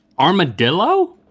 armadillo?